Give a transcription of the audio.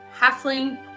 halfling